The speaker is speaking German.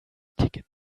ticket